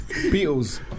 Beatles